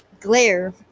glare